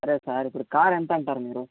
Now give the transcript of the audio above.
సరే సార్ ఇప్పుడు కార్ ఎంత అంటారు మీరు